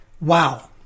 Wow